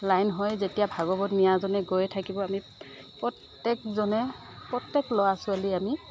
লাইনহৈ যেতিয়া ভাগৱত নিয়াজনে গৈ থাকিব আমি প্ৰত্যেকজনে প্ৰত্যেক ল'ৰা ছোৱালীয়ে আমি